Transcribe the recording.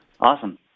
Awesome